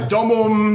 Domum